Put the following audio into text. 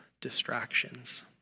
distractions